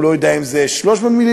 הוא לא יודע אם זה 300 מיליליטר.